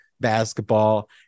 basketball